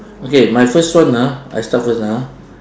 okay my first one ah I start first ah